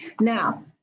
Now